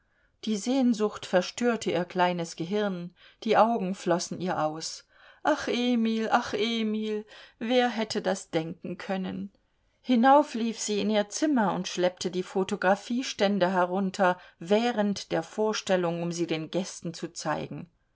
die sehnsucht verstörte ihr kleines gehirn die augen flossen ihr aus ach emil ach emil wer hätte das denken können hinauf lief sie in ihr zimmer und schleppte die photographieständer herunter während der vorstellung um sie den gästen zu zeigen